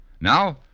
Now